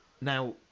Now